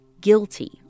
guilty